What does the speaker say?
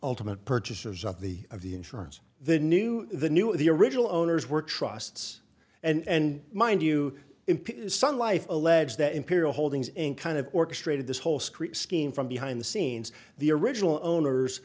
ultimate purchasers of the of the insurance the new the new the original owners were trusts and mind you son life alleged that imperial holdings in kind of orchestrated this whole script scheme from behind the scenes the original owners